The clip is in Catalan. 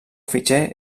fitxer